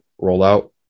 rollout